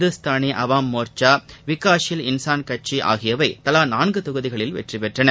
இந்தூஸ்தானி அவாம் மோர்ச்சா விகாஷல் இன்சாள் கட்சி ஆகியவை தலா நான்கு தொகுதிகளில் வெற்றி பெற்றன